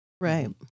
Right